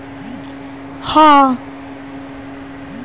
कुछ क्रस्टेशियंस ने भूमि पर जीवन को अनुकूलित किया है